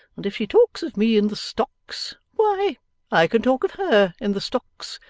and if she talks of me in the stocks, why i can talk of her in the stocks,